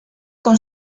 con